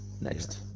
Next